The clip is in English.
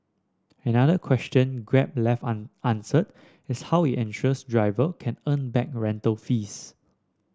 another question Grab left unanswered is how it ensures driver can earn back rental fees